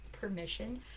permission